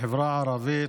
הערבית,